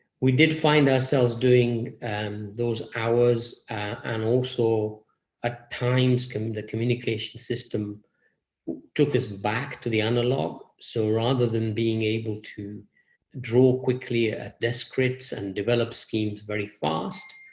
we did find ourselves doing um those hours, and also at times, the communication system took us back to the analog. so rather than being able to draw quickly at their scripts, and develop schemes very fast,